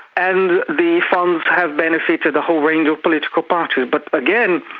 and the funds have benefited a whole range of political parties. but again,